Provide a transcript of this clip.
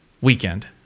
weekend